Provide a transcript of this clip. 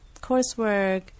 coursework